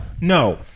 no